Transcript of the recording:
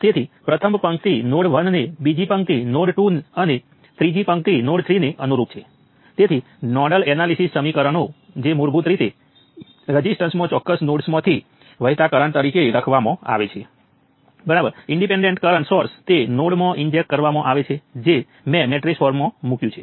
તેથી તે બે નોડ વોલ્ટેજ 6 વોલ્ટ અને 16 વોલ્ટ છે જેમ કે મેં કહ્યું કે તમે સુપરપોઝિશન જેવી ઈન્ડિપેન્ડેન્ટ પદ્ધતિઓ દ્વારા કરી શકો છો અને ચકાસો કે આ ખરેખર કેસ છે